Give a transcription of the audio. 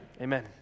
Amen